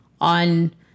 on